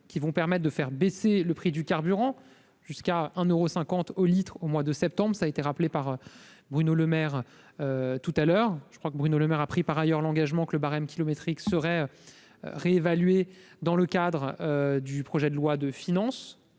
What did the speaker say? qui vont permettre de faire baisser le prix du carburant jusqu'à 1 euros 50 au litre au mois de septembre, ça a été rappelé par Bruno Lemaire tout à l'heure, je crois que Bruno Le Maire a pris par ailleurs l'engagement que le barème kilométrique serait réévalué dans le cadre du projet de loi de finances,